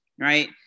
Right